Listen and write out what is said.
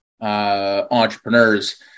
entrepreneurs